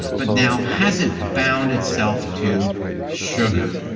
but now has it bound itself to sugar?